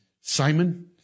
Simon